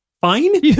Fine